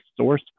source